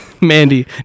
Mandy